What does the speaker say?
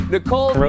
Nicole